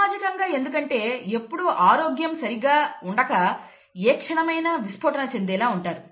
సామాజికంగా ఎందుకంటే ఎప్పుడు ఆరోగ్యం సరిగా ఉండక ఏ క్షణమైనా విస్పోటన చెందేలా ఉంటుంది